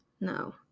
No